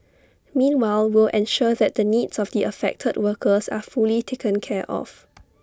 meanwhile will ensure that the needs of the affected workers are fully taken care of